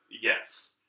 Yes